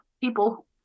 People